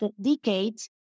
decades